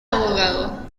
abogado